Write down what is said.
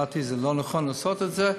לדעתי, לא נכון לעשות את זה.